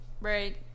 Right